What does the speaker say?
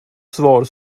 svar